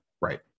Right